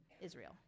Israel